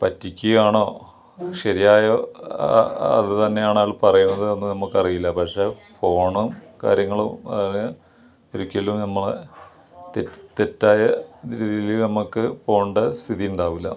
പറ്റിക്ക ആണോ ശരിയായ ആ അത് തന്നെയാണാൾ പറയുന്നത് എന്ന് നമുക്കറീല്ല പക്ഷേ ഫോണും കാര്യങ്ങളും അത് ഒരിക്കലും നമ്മളെ തെറ്റ് തെറ്റായ രീതീൽ നമുക്ക് പോണ്ട സ്ഥിതി ഉണ്ടാവൂല്ല